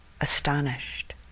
astonished